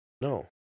no